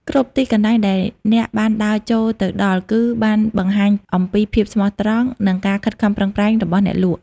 គ្រប់ទីកន្លែងដែលអ្នកបានដើរចូលទៅដល់គឺបានបង្ហាញអំពីភាពស្មោះត្រង់ និងការខិតខំប្រឹងប្រែងរបស់អ្នកលក់។